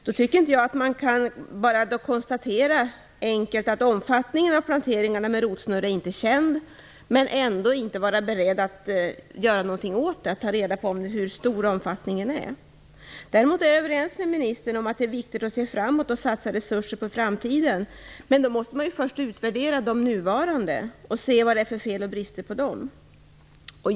Då tycker jag inte att man bara enkelt kan konstatera att omfattningen av planteringarna med rotsnurr inte är känd och samtidigt säga att man inte är beredd att göra någonting eller ta reda på hur stor omfattningen är. Däremot är jag överens med ministern om att det är viktigt att se framåt och satsa resurser på framtiden. Men då måste man först utvärdera de nuvarande och se vad det är för fel och brister på dem.